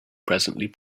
presently